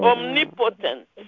Omnipotent